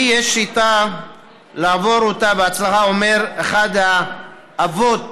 לי יש שיטה לעבור אותה בהצלחה, אומר אחד האבות,